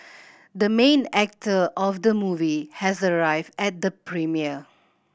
the main actor of the movie has arrived at the premiere